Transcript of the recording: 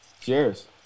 Cheers